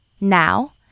Now